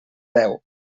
deu